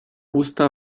usta